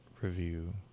review